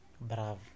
Bravo